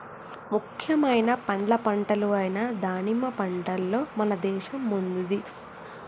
ముఖ్యమైన పండ్ల పంటలు అయిన దానిమ్మ పంటలో మన దేశం ముందుంది